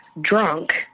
drunk